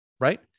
Right